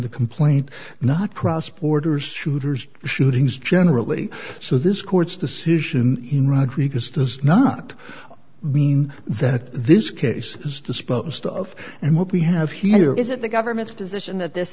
the complaint not cross borders shooters shootings generally so this court's decision in rodriguez does not mean that this case is to well that stuff and what we have here is that the government's position that this